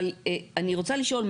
אבל אני רוצה לשאול,